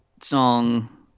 song –